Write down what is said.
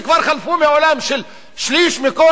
של שליש מכוח העבודה מובטל.